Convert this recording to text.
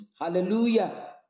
hallelujah